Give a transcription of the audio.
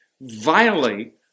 violate